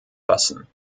fassen